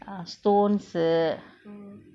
ah stones uh